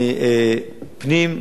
פנים?